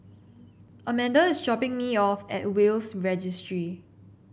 Amanda is dropping me off at Will's Registry